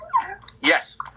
Yes